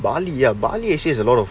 bali ah bali ah actually has a lot of